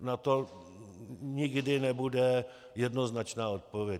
Na to nikdy nebude jednoznačná odpověď.